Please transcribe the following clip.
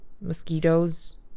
mosquitoes